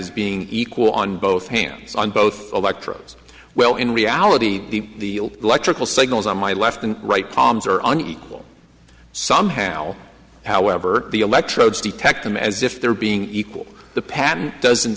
as being equal on both hands on both electrodes well in reality the electrical signals on my left and right palms are on equal somehow however the electrodes detect them as if they're being equal the patent doesn't